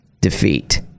defeat